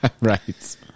Right